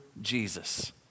Jesus